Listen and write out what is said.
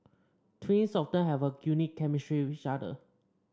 twins often have a unique chemistry with each other